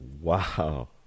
Wow